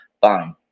fine